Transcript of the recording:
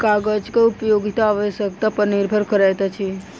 कागजक उपयोगिता आवश्यकता पर निर्भर करैत अछि